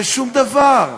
ושום דבר.